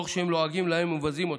תוך שהם לועגים להם ומבזים אותם.